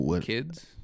Kids